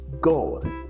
God